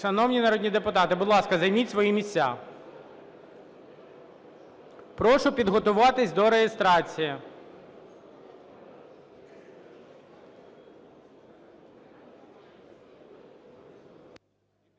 народні депутати, будь ласка, займіть свої місця. Прошу підготуватись до реєстрації.